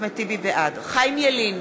חיים ילין,